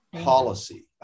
policy